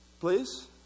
Please